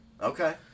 Okay